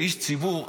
לאיש ציבור,